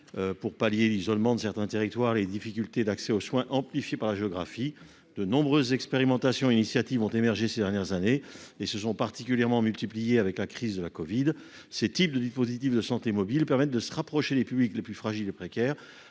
Pour pallier l'isolement de certains territoires et les difficultés d'accès aux soins amplifiées par la géographie, de nombreuses expérimentations et initiatives ont émergé ces dernières années. Elles se sont particulièrement multipliées avec la crise de la covid-19. Des dispositifs de santé mobile de ce type permettent de se rapprocher des publics les plus fragiles et précaires